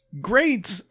great